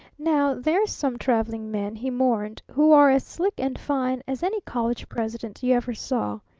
now, there's some traveling men, he mourned, who are as slick and fine as any college president you ever saw.